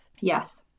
Yes